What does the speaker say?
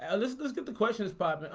and get the questions pop.